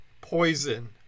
poison